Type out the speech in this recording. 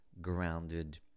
grounded